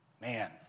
man